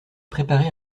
préparé